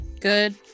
good